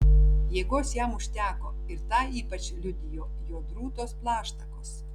jėgos jam užteko ir tą ypač liudijo jo drūtos plaštakos